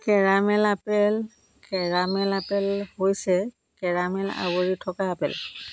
caramel apple caramel apple হৈছে caramel আৱৰি থকা আপেল